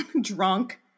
drunk